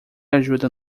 ajuda